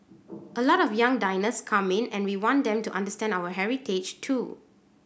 a lot of young diners come in and we want them to understand our heritage too